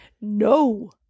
No